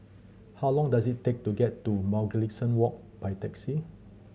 how long does it take to get to Mugliston Walk by taxi